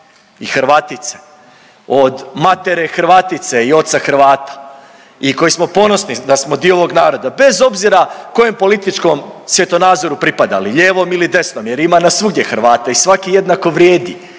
i Hrvatice od matere Hrvatice i oca Hrvata i koji smo ponosni da smo dio ovog naroda, bez obzira kojem političkom svjetonazoru pripadali lijevom ili desnom jer ima nas svugdje Hrvata i svaki jednako vrijedi